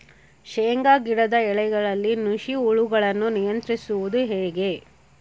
ಶೇಂಗಾ ಗಿಡದ ಎಲೆಗಳಲ್ಲಿ ನುಷಿ ಹುಳುಗಳನ್ನು ನಿಯಂತ್ರಿಸುವುದು ಹೇಗೆ?